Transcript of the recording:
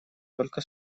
только